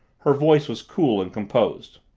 her voice was cool and composed.